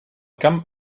camp